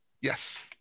Yes